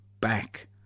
back